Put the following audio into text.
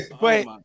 Wait